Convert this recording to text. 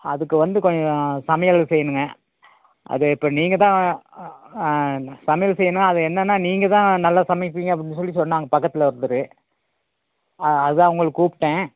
அதுக்கு வந்து கொஞ்சம் சமையல் செய்யணுங்க அது இப்போ நீங்கள் தான் சமையல் செய்யணும் அது என்னென்னால் நீங்கள் தான் நல்லா சமைப்பீங்க அப்படின்னு சொல்லி சொன்னாங்க பக்கத்தில் ஒருத்தர் அதுதான் உங்களை கூப்பிட்டேன்